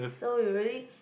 so you really